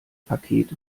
paket